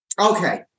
Okay